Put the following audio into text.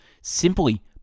simply